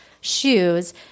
shoes